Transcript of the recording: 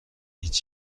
هیچ